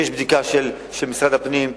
יש בדיקה של משרד הפנים,